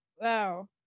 wow